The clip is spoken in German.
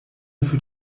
für